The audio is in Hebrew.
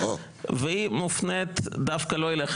והיא מופנית דווקא לא אליך,